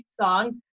songs